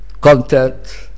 content